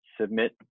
submit